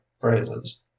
phrases